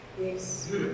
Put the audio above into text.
Yes